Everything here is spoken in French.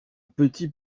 petit